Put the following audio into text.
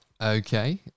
Okay